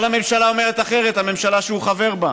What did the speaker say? אבל הממשלה אומרת אחרת, הממשלה שהוא חבר בה.